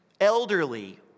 elderly